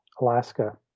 Alaska